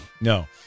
no